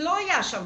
שלא היה ב-זום.